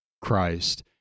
Christ